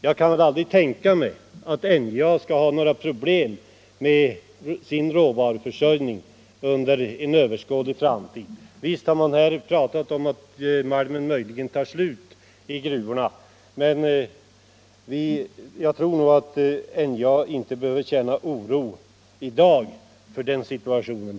Jag kan väl aldrig tänka mig att NJA skall ha några problem med sin råvaruförsöjning under en överskådlig framtid. Visst har det här talats om att malmen möjligen kommer att ta slut i gruvorna, men jag tror inte att NJA behöver känna någon oro i dag för den utsikten.